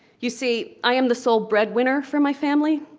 you see, i am the sole breadwinner for my family.